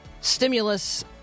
stimulus